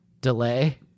delay